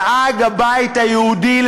דאג הבית היהודי,